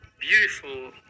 beautiful